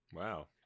Wow